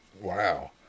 Wow